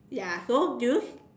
ya so do you